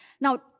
Now